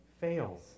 fails